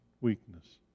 weakness